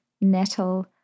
nettle